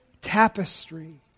tapestry